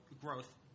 growth